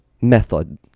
method